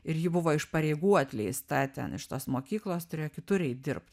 ir ji buvo iš pareigų atleista ten iš tos mokyklos turėjo kitur eit dirbt